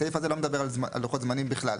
הסעיף הזה לא מדבר על לוחות זמנים בכלל.